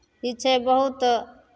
ई छै बहुत